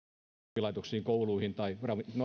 oppilaitoksiin kouluihin tai